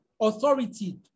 authority